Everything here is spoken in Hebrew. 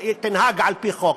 ותנהג על פי חוק.